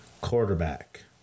Quarterback